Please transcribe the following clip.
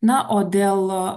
na o dėl